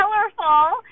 colorful